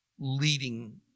leading